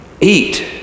Eat